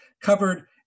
covered